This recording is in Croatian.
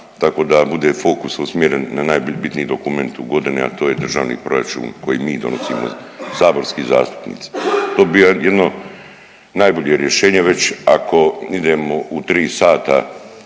tako da bude fokus usmjeren na najbitniji dokument u godini, a to je državni proračun koji mi donosimo, saborski zastupnici. To bi bio jedno najbolje rješenje već ako idemo u 3 sata,